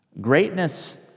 Greatness